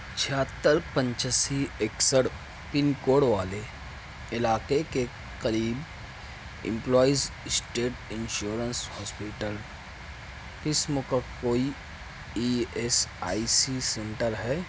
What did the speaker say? چھہتر پنچسی ایکسڈ پن کوڈ والے علاقے کے قریب امپلائیز اسٹیٹ انشورنس ہاسپیٹل قسم کا کوئی E S I C centre ہے